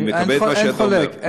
אני מקבל את מה שאתה אומר.